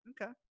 Okay